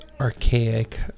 archaic